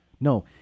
No